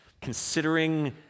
considering